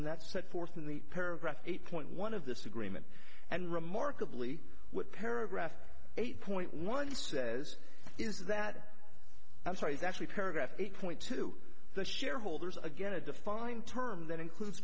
and that's set forth in the paragraph eight point one of this agreement and remarkably with paragraph eight point one says is that i'm sorry it's actually paragraph eight point two the shareholders again a defined term that includes